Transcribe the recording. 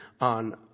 on